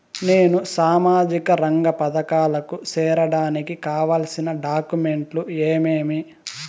నేను సామాజిక రంగ పథకాలకు సేరడానికి కావాల్సిన డాక్యుమెంట్లు ఏమేమీ?